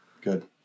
good